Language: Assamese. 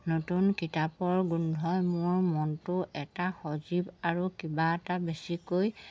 নতুন কিতাপৰ গোন্ধই মোৰ মনটো এটা সজীৱ আৰু কিবা এটা বেছিকৈ